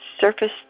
surface